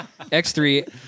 X3